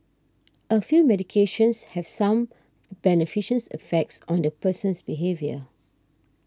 a few medications have some beneficial effects on the person's behaviour